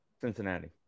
Cincinnati